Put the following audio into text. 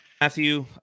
Matthew